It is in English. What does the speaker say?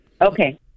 Okay